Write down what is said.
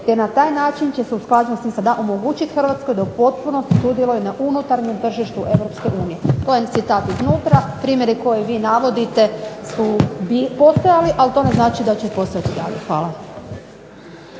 te na taj način će se omogućiti Hrvatskoj da u potpunosti sudjeluje na unutarnjem tržištu Europske unije. To je citat iznutra, primjere koje vi navodite su postojali, ali ne znači da će postojati i dalje. Hvala.